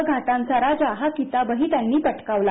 यासह घाटांचा राजा हा किताब त्यांनी पटकावला